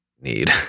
need